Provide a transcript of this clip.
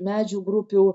medžių grupių